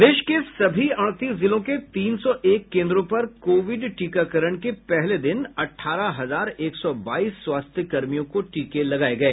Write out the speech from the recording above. प्रदेश के सभी अड़तीस जिलों के तीन सौ एक केन्द्रों पर कोविड टीकाकरण के पहले दिन अठारह हजार एक सौ बाईस स्वास्थ्यकर्मियों को टीके लगाए गए